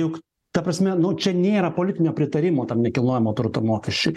juk ta prasme nu čia nėra politinio pritarimo tam nekilnojamo turto mokesčiui